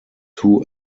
two